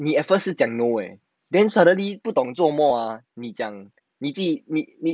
你 at first 是讲 no eh then suddenly 不懂做么 ah 你讲 yes 你记你